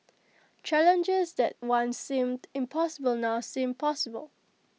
challenges that once seemed impossible now seem possible